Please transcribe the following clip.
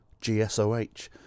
GSOH